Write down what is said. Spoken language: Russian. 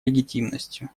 легитимностью